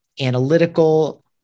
analytical